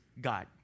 God